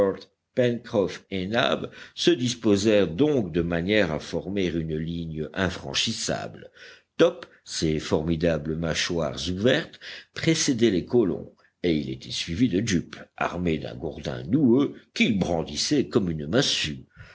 se disposèrent donc de manière à former une ligne infranchissable top ses formidables mâchoires ouvertes précédait les colons et il était suivi de jup armé d'un gourdin noueux qu'il brandissait comme une massue